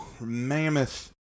mammoth